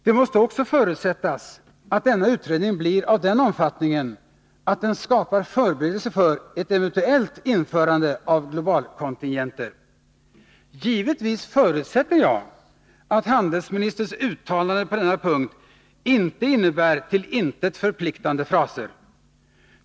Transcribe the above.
Det måste också förutsättas att denna utredning blir av den omfattningen att den skapar förberedelser för ett eventuellt införande av globalkontingenter. Givetvis förutsätter jag att handelsministerns uttalande på denna punkt inte bara är till intet förpliktande fraser.